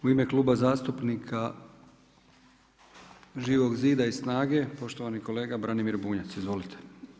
U ime Kluba zastupnika Živog zida i SNAGA-e poštovani kolega Branimir Bunjac, izvolite.